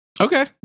Okay